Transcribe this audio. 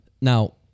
Now